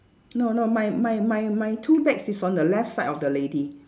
no no my my my my two bags is on the left side of the lady